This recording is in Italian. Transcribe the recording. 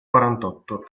quarantotto